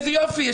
'איזה יופי,